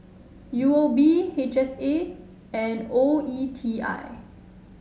U O B H S A and O E T I